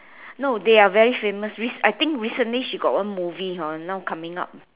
no they are very famous rece~ I think recently she got one movie hor now coming out